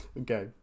okay